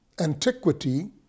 antiquity